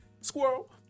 squirrel